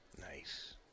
nice